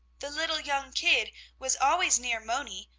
the little young kid was always near moni,